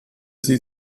sie